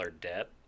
debt